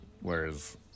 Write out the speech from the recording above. whereas